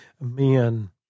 men